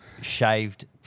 shaved